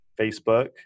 Facebook